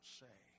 say